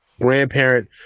grandparent